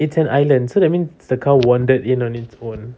it's an island so that means the cow wandered in on its own